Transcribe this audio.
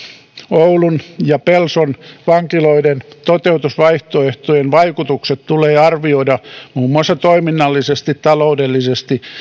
oulun ja pelson vankiloiden toteutusvaihtoehtojen vaikutukset tulee arvioida muun muassa toiminnallisesti taloudellisesti